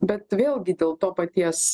bet vėlgi dėl to paties